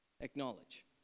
Acknowledge